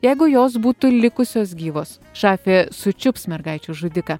jeigu jos būtų likusios gyvos šafė sučiups mergaičių žudiką